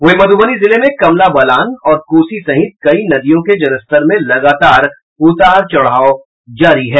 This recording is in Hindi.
वहीं मधुबनी जिले में कमला बलान और कोसी सहित कई नदियों के जलस्तर में लगातार उतार चढ़ाव जारी है